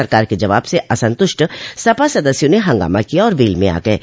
सरकार के जवाब से असंतुष्ट सपा सदस्यों ने हंगामा किया और वेल में आ गये